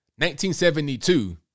1972